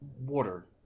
Water